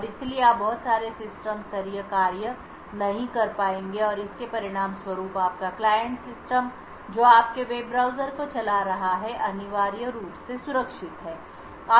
और इसलिए आप बहुत सारे सिस्टम स्तरीय कार्य नहीं कर पाएंगे और इसके परिणामस्वरूप आपका क्लाइंट सिस्टम जो आपके वेब ब्राउज़र को चला रहा है अनिवार्य रूप से सुरक्षित है